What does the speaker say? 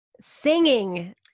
Singing